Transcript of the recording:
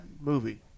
movie